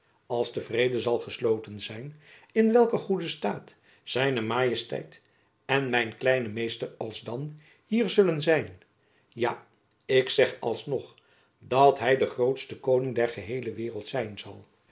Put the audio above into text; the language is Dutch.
als de vrede zal gesloten zijn in welken goeden staat z majesteit en mijn kleine meester alsdan hier zullen zijn ja ik zeg alsnog dat hy de grootste koning der geheele waereld zijn zal